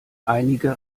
einige